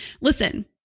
Listen